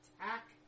attack